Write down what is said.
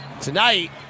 Tonight